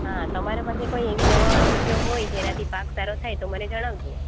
હા તમારા પાસે કોઈ એવી દવાઓ જો હોય જેનાથી પાક સારો થાય તો મને જણાવજો